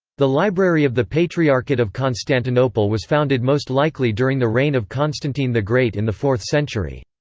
the library of the patriarchate of constantinople was founded most likely during the reign of constantine the great in the fourth century.